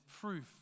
proof